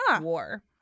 war